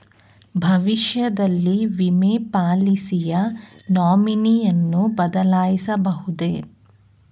ಭವಿಷ್ಯದಲ್ಲಿ ವಿಮೆ ಪಾಲಿಸಿಯ ನಾಮಿನಿಯನ್ನು ಬದಲಾಯಿಸಬಹುದೇ?